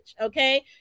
okay